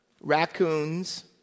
raccoons